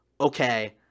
Okay